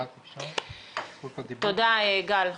תודה, גל.